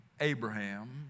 Abraham